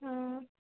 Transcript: ହଁ